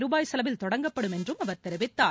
ரூபாய் செலவில் தொடங்கப்படும் என்றும் அவர் தெரிவித்தார்